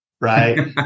right